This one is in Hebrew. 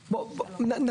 טוב, אני שלום זינגר.